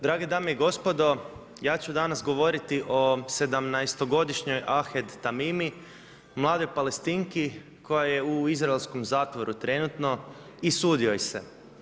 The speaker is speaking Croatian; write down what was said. Drage dame i gospodo, ja ću danas govoriti o 17.-godišnjoj Ahed Tamimi, mladoj Palestinki koja je u Izraelskom zatvoru trenutno i sudi joj se.